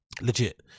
Legit